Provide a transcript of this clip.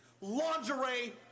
Lingerie